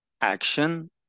action